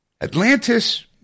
Atlantis